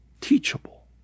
Teachable